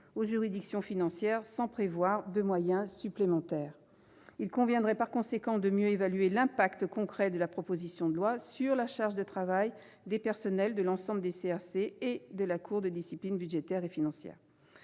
aux juridictions financières sans prévoir de moyens supplémentaires. Il conviendrait par conséquent de mieux évaluer l'effet concret de la proposition de loi sur la charge de travail des personnels de l'ensemble des CRC et de la Cour de discipline budgétaire et financière.